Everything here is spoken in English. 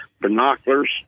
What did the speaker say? binoculars